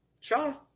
Shaw